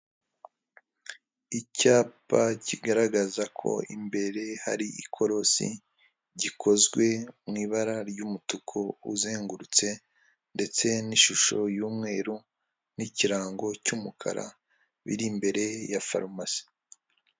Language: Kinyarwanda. Icyapa kigaragaza ko imbere hari ikorosi, gikozwe mu ibara ry'umutuku uzengurutse, ndetse n'ishusho y'umweru n'ikirango cy'umukara, biri imbere ya farumasi.